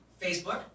Facebook